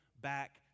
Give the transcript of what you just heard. back